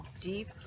deep